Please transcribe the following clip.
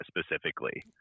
specifically